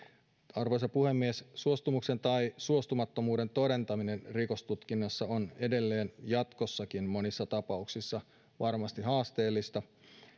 arvoisa puhemies suostumuksen tai suostumattomuuden todentaminen rikostutkinnassa on edelleen jatkossakin monissa tapauksissa varmasti haasteellista